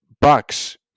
Bucks